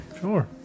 Sure